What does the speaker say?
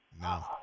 No